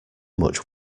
much